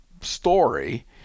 story